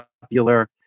popular